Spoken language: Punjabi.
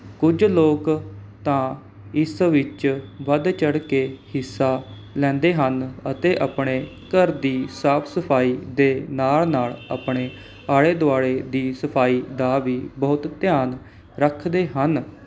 ਕੁਝ ਲੋਕ ਤਾਂ ਇਸ ਵਿੱਚ ਵੱਧ ਚੜ ਕੇ ਹਿੱਸਾ ਲੈਂਦੇ ਹਨ ਅਤੇ ਆਪਣੇ ਘਰ ਦੀ ਸਾਫ਼ ਸਫਾਈ ਦੇ ਨਾਲ ਨਾਲ ਆਪਣੇ ਆਲੇ ਦੁਆਲੇ ਦੀ ਸਫਾਈ ਦਾ ਵੀ ਬਹੁਤ ਧਿਆਨ ਰੱਖਦੇ ਹਨ